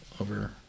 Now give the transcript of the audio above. over